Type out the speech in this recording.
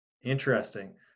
Interesting